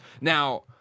Now